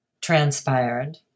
transpired